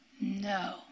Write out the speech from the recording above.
no